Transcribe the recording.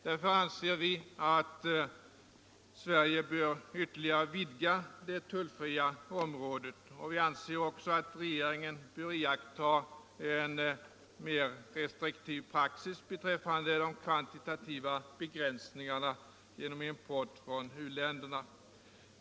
Därför anser vi att Sverige bör ytterligare vidga det tullfria området. Vi anser också att regeringen bör iaktta en mera restriktiv praxis beträffande de kvantitativa begränsningarna för import från u-länderna.